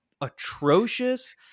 atrocious